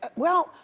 well,